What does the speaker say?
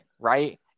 right